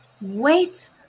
Wait